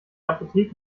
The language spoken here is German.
apotheke